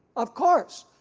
of course,